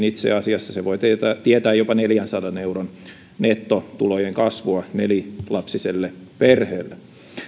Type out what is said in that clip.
itse asiassa se voi tietää jopa neljänsadan euron nettotulojen kasvua nelilapsiselle perheelle